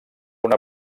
una